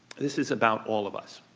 this is about all of us.